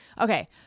Okay